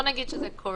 נגיד שזה קורה,